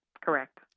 correct